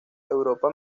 europa